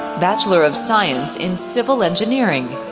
bachelor of science in civil engineering.